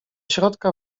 środka